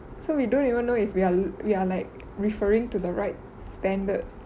so we don't even know if we are we are like referring to the right standard